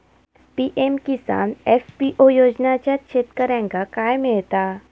PM Kisan FPO योजनाच्यात शेतकऱ्यांका काय मिळता?